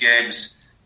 games